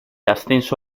ascenso